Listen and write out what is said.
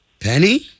Penny